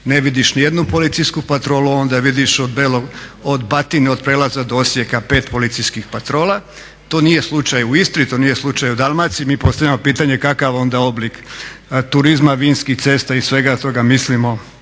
ne vidiš ni jednu policijsku patrolu, onda vidiš od Batine, od prijelaza do Osijeka 5 policijskih patrola. To nije slučaj u Istri, to nije slučaj u Dalmaciji. Mi postavljamo pitanje kakav onda oblik turizma, vinskih cesta i svega toga mislimo